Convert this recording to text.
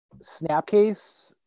Snapcase